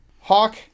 Hawk